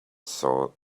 saw